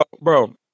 bro